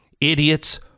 idiots